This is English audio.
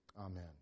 Amen